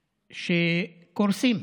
שקורסים.